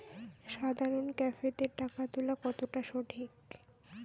সাধারণ ক্যাফেতে টাকা তুলা কতটা সঠিক?